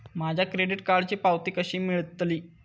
माझ्या क्रेडीट कार्डची पावती कशी मिळतली?